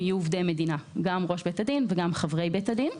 עובדי מדינה גם ראש בית הדין וגם חברי בית הדין.